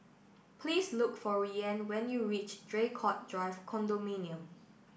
please look for Rian when you reach Draycott Drive Condominium